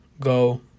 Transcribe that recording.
Go